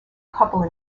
couple